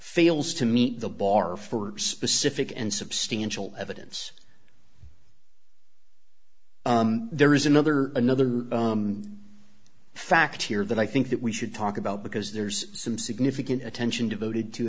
fails to meet the bar for specific and substantial evidence there is another another fact here that i think that we should talk about because there's some significant attention devoted to